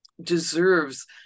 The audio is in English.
deserves